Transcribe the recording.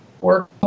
work